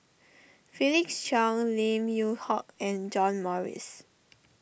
Felix Cheong Lim Yew Hock and John Morrice